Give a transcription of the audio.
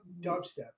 dubstep